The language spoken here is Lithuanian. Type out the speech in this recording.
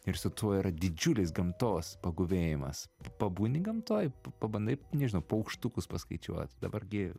ir su tuo yra didžiulis gamtos paguvėjimas pabūni gamtoj pabandai nežinau paukštukus paskaičiuot dabar gi